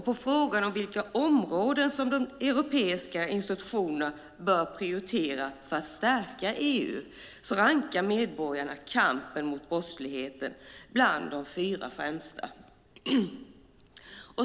På frågan vilka områden som de europeiska institutionerna bör prioritera för att stärka EU rankar medborgarna kampen mot brottsligheten bland de fyra främsta.